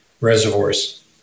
reservoirs